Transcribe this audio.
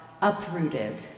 uprooted